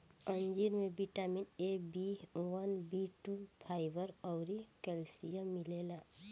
अंजीर में vitamin A, B one, B two, fibre अउरी कैल्शियम मिलेला